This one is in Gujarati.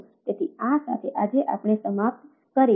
તેથી આ સાથે આજે આપણે સમાપ્ત કરીશું